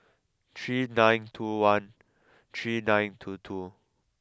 three nine two one three nine two two